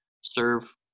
serve